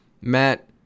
Matt